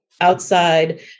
outside